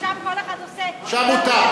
ושם כל אחד עושה, שם מותר,